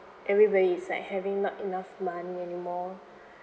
everybody is like having not enough money anymore